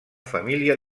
família